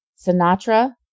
Sinatra